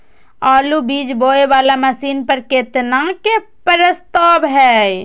आलु बीज बोये वाला मशीन पर केतना के प्रस्ताव हय?